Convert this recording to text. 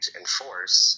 enforce